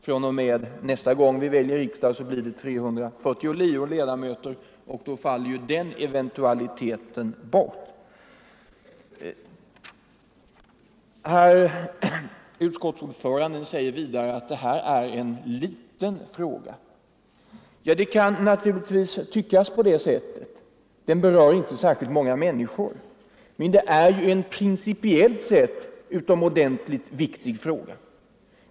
fr.o.m. nästa gång som vi väljer riksdag blir det 349 ledamöter, och då faller ju den eventualiteten bort. Vidare sade utskottets ordförande att detta är en liten fråga. Ja, den kan tyckas vara det, eftersom den inte berör särskilt många människor. Men principiellt sett är det en utomordentligt viktig fråga.